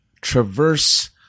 traverse